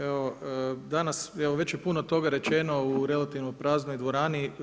Evo danas već je puno toga rečeno u relativno praznoj dvorani.